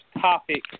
topic